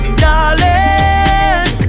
darling